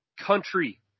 country